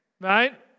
right